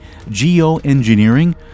geoengineering